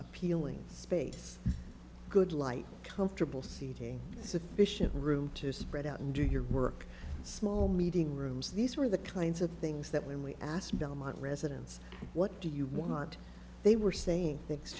appealing space good light comfortable seating sufficient room to spread out and do your work small meeting rooms these were the kinds of things that when we asked belmont residents what do you want they were saying things